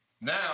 Now